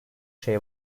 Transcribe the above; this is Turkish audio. şey